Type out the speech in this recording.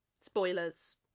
Spoilers